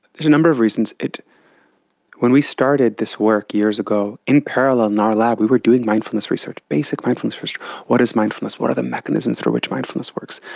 there's a number of reasons. when we started this work years ago, in parallel in our lab we were doing mindfulness research, basic mindfulness research what is mindfulness, what are the mechanisms through which mindfulness works,